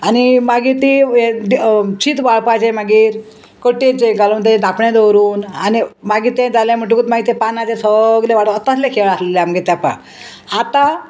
आनी मागीर ती हें शीत वाळपाचें मागीर कट्टेचें घालून तें धापणें दवरून आनी मागीर तें जालें म्हणटकूच मागीर तें पानांचेर सगलें वाडो तहलें खेळ आसलें आमगे तेंपा आतां